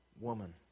woman